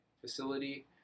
facility